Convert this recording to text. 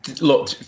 look